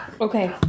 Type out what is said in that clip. Okay